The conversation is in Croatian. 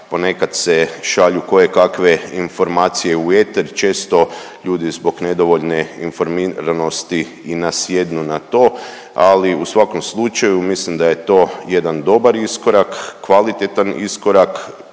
ponekad se šalju kojekakve informacije u eter, često ljudi zbog nedovoljne informiranosti i nasjednu na to, ali u svakom slučaju mislim da je to jedan dobar iskorak, kvalitetan iskorak,